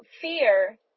fear